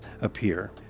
appear